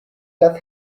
get